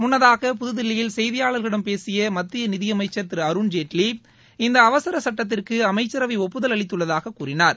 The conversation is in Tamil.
முன்னதாக புதுதில்லியில் செய்தியாளர்களிடம் பேசிய மத்திய நிதியமைச்சர் திரு அருண்ஜேட்லி இந்த அவசர சுட்டத்திற்கு அமைச்சரவை ஒப்புதல் அளித்துள்ளதாக கூறினார்